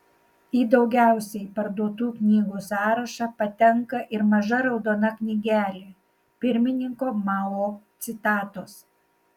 į daugiausiai parduotų knygų sąrašą patenka ir maža raudona knygelė pirmininko mao citatos